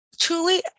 truly